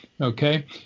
Okay